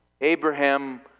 Abraham